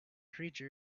creature